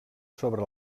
sobre